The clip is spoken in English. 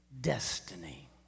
Destiny